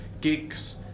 gigs